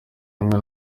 hamwe